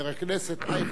חבר הכנסת אייכלר.